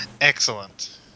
Excellent